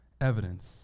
evidence